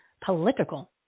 political